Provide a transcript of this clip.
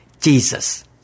Jesus